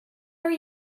are